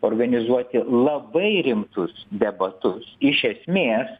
organizuoti labai rimtus debatus iš esmės